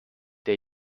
der